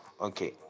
Okay